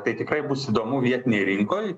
tai tikrai bus įdomu vietinėj rinkoj